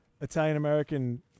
Italian-American